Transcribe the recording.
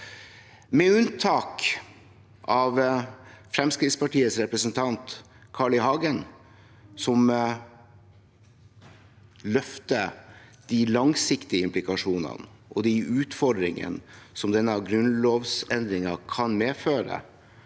Med unntak av Fremskrittspartiets representant, Carl I. Hagen, som løfter de langsiktige implikasjonene og utfordringene som denne grunnlovsendringen kan medføre,